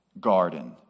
garden